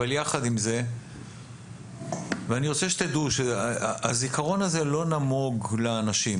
אני רוצה שתדעו שהזיכרון הזה לא נמוג אצל אנשים